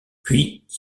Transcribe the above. puis